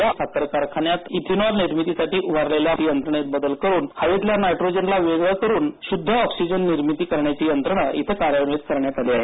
या साखर कारखान्यात इथेनॉल निर्मितीसाठी उभारलेल्या यंत्रणेत बदल करून हवेतल्या नायट्रोजनला वेगळं करून शुद्ध ऑक्सिजनची निर्मिती करण्याची यंत्रणा इथं कार्यान्वित करण्यात आली आहे